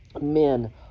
men